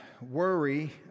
worry